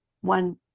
one